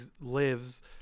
lives